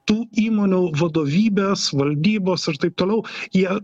tų įmonių vadovybės valdybos ir taip toliau jie